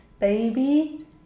baby